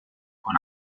con